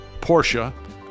Porsche